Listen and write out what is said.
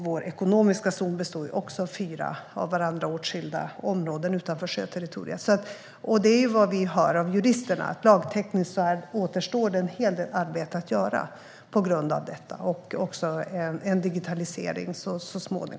Vår ekonomiska zon består också av fyra av varandra åtskilda områden utanför sjöterritoriet. Vad juristerna sagt oss är att en hel del lagtekniskt arbete återstår på grund av detta. Därtill kommer så småningom en digitalisering.